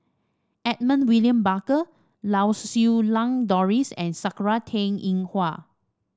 Edmund William Barker Lau Siew Lang Doris and Sakura Teng Ying Hua